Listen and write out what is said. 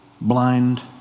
blind